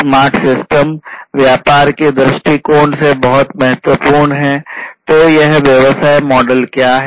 smart system क्या है